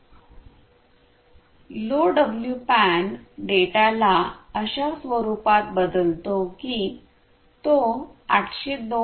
LoWPAN data ला अशा स्वरूपात बदलतो की तो 802